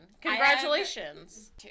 Congratulations